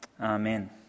Amen